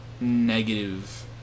negative